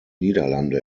niederlande